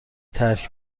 ترک